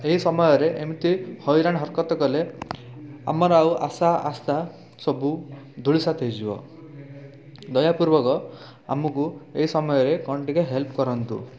ଏଇ ସମୟରେ ଏମିତି ହଇରାଣ ହରକତ କଲେ ଆମର ଆଉ ଆଶା ଆସ୍ଥା ସବୁ ଧୂଳିସାତ୍ ହେଇଯିବ ଦୟାପୂର୍ବକ ଆମକୁ ଏଇ ସମୟରେ କ'ଣ ଟିକିଏ ହେଲ୍ପ କରନ୍ତୁ